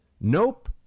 nope